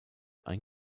ein